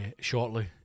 shortly